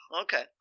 okay